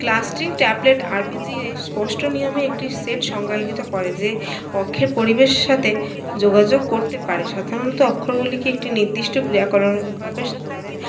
ক্লাস্টিং tablet RPG স্পষ্ট নিয়মে একটি সেট সংজ্ঞায়িত করে যে অক্ষে পরিবেশের সাথে যোগাযোগ করতে পারে সাধারণত অক্ষরগুলিকে একটি নির্দিষ্ট ক্রিয়াকরণে তাদের